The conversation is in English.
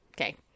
Okay